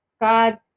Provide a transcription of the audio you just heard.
God